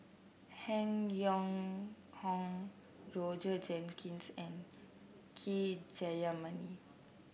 Han Yong Hong Roger Jenkins and K Jayamani